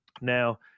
now